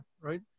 right